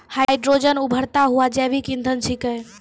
hydrogen उभरता हुआ जैविक इंधन छिकै